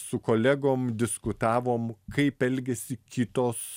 su kolegom diskutavom kaip elgiasi kitos